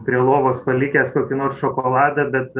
prie lovos palikęs kokį nors šokoladą bet